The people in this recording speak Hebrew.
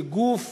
גוף